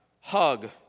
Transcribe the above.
hug